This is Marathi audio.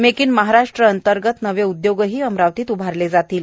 मेक इन महाराष्ट्रअंतर्गत नवे उदयोगही अमरावतीत उभारले जाणार आहेत